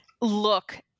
look